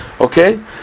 Okay